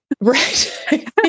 Right